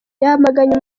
yamaganye